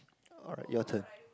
alright your turn